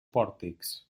pòrtics